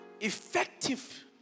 Effective